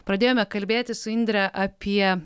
pradėjome kalbėtis su indre apie